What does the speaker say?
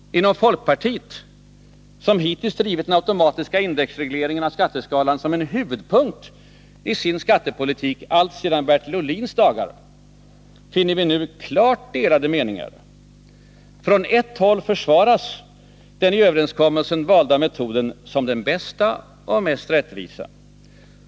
Inom folkpartiet, som hittills drivit den automatiska indexregleringen av skatteskalan som en huvudpunkt i sin skattepolitik alltsedan Bertil Ohlins dagar, finner vi nu klart delade meningar. Från ett håll försvaras den i överenskommelsen valda metoden som den bästa och mest rättvisa.